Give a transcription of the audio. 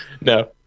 No